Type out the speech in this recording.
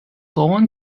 own